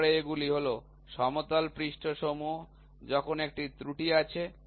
তারপরে এগুলি হল সমতল পৃষ্ঠসমূহ যখন একটি ত্রুটি আছে